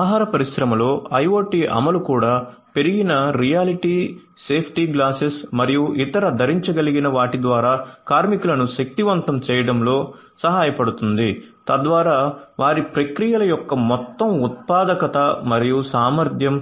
ఆహార పరిశ్రమలో IoT అమలు కూడా పెరిగిన రియాలిటీ సేఫ్టీ గ్లాసెస్ మరియు ఇతర ధరించగలిగిన వాటి ద్వారా కార్మికులను శక్తివంతం చేయడంలో సహాయపడుతుంది తద్వారా వారి ప్రక్రియల యొక్క మొత్తం ఉత్పాదకత మరియు సామర్థ్యం